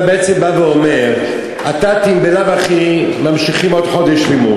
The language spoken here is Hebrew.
אתה בעצם בא ואומר: הת"תים בלאו הכי ממשיכים עוד חודש לימוד,